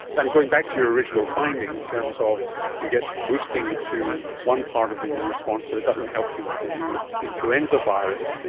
and going back to your original finding in terms of you get boosting to one part of the immune response but it doesn't help you with the new influenza virus.